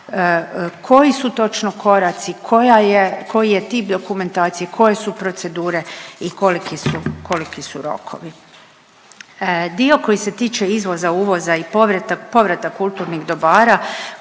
koji su točno koraci, koja je, koji je tip dokumentacije, koje su procedure i koliki su rokovi. Dio koji se tiče izvoza, uvoza i povratak kulturnih dobara